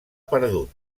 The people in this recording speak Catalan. perdut